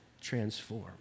transform